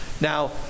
now